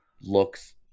looks